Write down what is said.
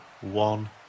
one